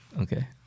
Okay